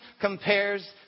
compares